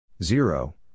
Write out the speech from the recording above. Zero